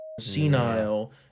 senile